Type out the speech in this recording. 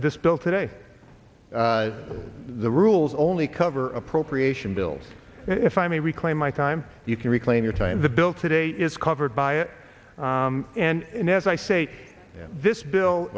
this bill today the rules only cover appropriation bills if i mean reclaim my time you can reclaim your time the bill today is covered by it and as i say this bill